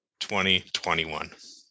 2021